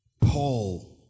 Paul